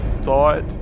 thought